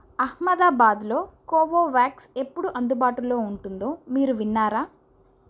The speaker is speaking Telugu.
అహ్మదాబాద్లో కోవోవ్యాక్స్ ఎప్పుడు అందుబాటులో ఉంటుందో మీరు విన్నారా